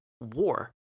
war